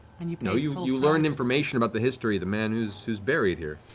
and you know you you learned information about the history of the man who's who's buried here.